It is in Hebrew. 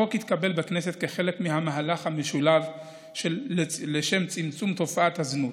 החוק התקבל בכנסת כחלק מהמהלך המשולב לשם צמצום תופעת הזנות,